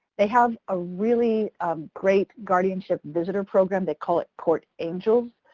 they have a really great guardianship visitor program. they call it court angels.